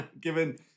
given